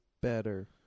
better